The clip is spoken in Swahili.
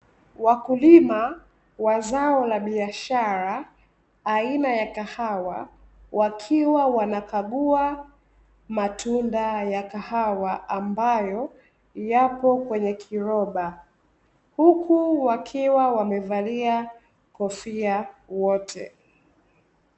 Wakulima wa zao la biashara aina ya kahawa wakiwa wanakagua matunda ya kahawa, ambayo yapo kwenye kiroba huku wakiwa wamevalia kofia wote.